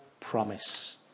promise